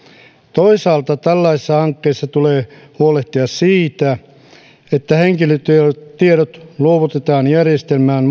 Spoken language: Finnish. toisaalta tällaisissa hankkeissa tulee huolehtia siitä että henkilötiedot luovutetaan järjestelmään